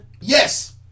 Yes